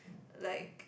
like